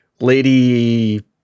Lady